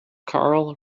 carl